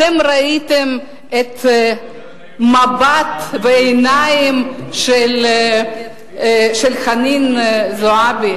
אתם ראיתם את המבט בעיניים של חנין זועבי?